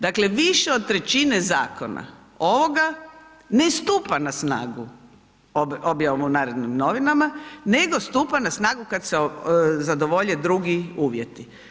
Dakle, više od trećine zakona ovoga ne stupa na snagu objavom u Narodnim novinama, nego stupa na snagu kad se zadovolje druge uvjeti.